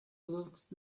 looks